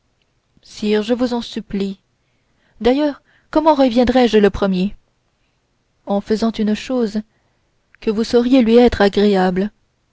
sire je vous en supplie d'ailleurs comment reviendrais je le premier en faisant une chose que vous sauriez lui être agréable